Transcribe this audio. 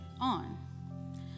on